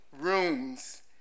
rooms